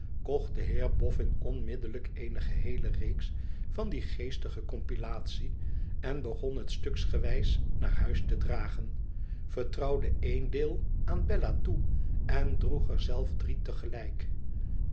de heer bon onmiddellijk eene geheele reeks van die geestige compilatie en begon het stuksgewijs naar huis te dragen vertrouwde één deel aan bella toe en droeg er zelf drie